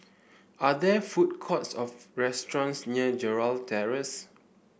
are there food courts or restaurants near Gerald Terrace